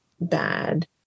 bad